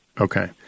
okay